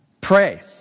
pray